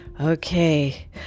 Okay